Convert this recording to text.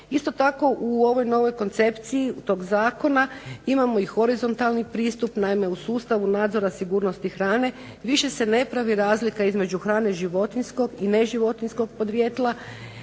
Isto tako u ovoj novoj koncepciji tog zakona imamo i horizontalni pristup. Naime, u sustavu nadzora sigurnosti hrane više se ne pravi razlika između hrane životinjskog i neživotinjskog podrijetla.